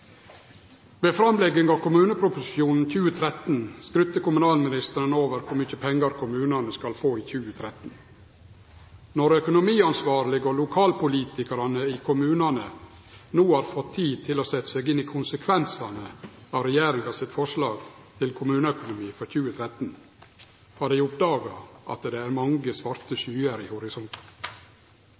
av kommuneproposisjonen for 2013 skrytte kommunalministeren av kor mykje pengar kommunane skal få i 2013. Når dei økonomiansvarlege og lokalpolitikarane i kommunane no har fått tid til å setje seg inn i konsekvensane av regjeringa sitt forslag til kommuneøkonomi for 2013, har dei oppdaga at det er mange svarte skyer i horisonten.